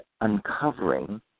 uncovering